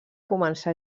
començà